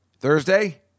Thursday